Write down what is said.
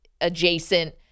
adjacent